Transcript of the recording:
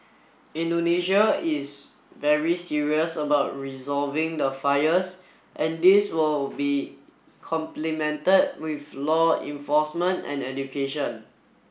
Indonesia is very serious about resolving the fires and this will be complemented with law enforcement and education